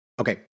okay